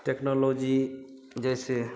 technology जैसे